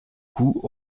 coup